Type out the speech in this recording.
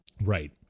Right